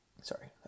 Sorry